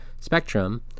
spectrum